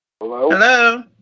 Hello